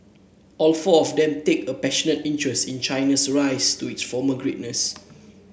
all four of them take a passionate interest in China's rise to its former greatness